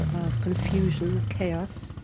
of confusion, of chaos.